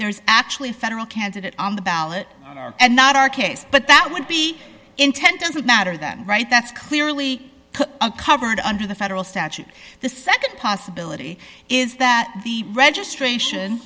there's actually a federal candidate on the ballot and not our case but that would be intent doesn't matter that right that's clearly a covered under the federal statute the nd possibility is that the registration